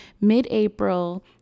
mid-April